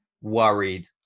worried